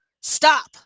stop